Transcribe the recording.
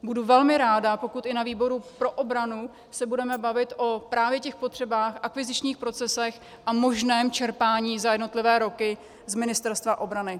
Budu velmi ráda, pokud i na výboru pro obranu se budeme bavit o právě těch potřebách, akvizičních procesech a možném čerpání za jednotlivé roky z Ministerstva obrany.